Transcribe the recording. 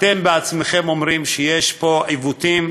אתם עצמכם אומרים שיש פה עיוותים